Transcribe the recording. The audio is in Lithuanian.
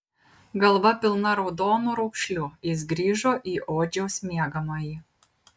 galva pilna raudonų raukšlių jis grįžo į odžiaus miegamąjį